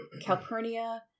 calpurnia